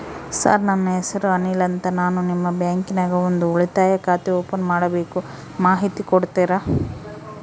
Sir ನನ್ನ ಹೆಸರು ಅನಿಲ್ ಅಂತ ನಾನು ನಿಮ್ಮ ಬ್ಯಾಂಕಿನ್ಯಾಗ ಒಂದು ಉಳಿತಾಯ ಖಾತೆ ಓಪನ್ ಮಾಡಬೇಕು ಮಾಹಿತಿ ಕೊಡ್ತೇರಾ?